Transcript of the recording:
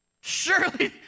Surely